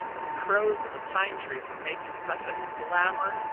the crows in the pine trees are making such a clamour!